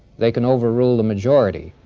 they can overrule the majority.